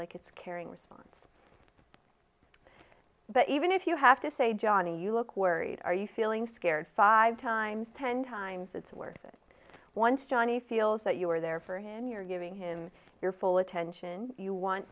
like it's caring response but even if you have to say johnny you look worried are you feeling scared five times ten times it's worth it once johnny feels that you're there for him you're giving him your full attention you want